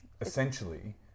essentially